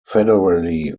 federally